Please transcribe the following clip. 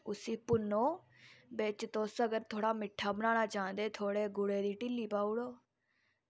उस्सी भुन्नो बिच तुस अगर थोह्ड़ा मिट्ठा पाना चाहंदे थोह्ड़े गुड़ै दी ढिल्ली पाई ओड़ो